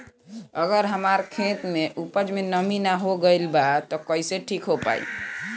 अगर हमार खेत में उपज में नमी न हो गइल बा त कइसे ठीक हो पाई?